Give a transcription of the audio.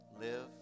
live